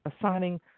assigning